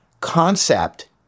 concept